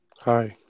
hi